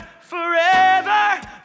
forever